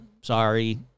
sorry